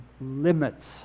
limits